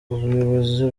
ubuyobozi